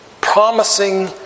promising